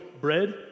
bread